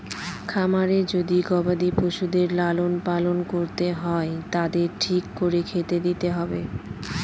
খামারে যদি গবাদি পশুদের লালন পালন করতে হয় তাদের ঠিক করে খেতে দিতে হবে